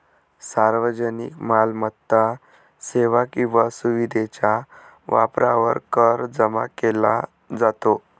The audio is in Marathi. सार्वजनिक मालमत्ता, सेवा किंवा सुविधेच्या वापरावर कर जमा केला जातो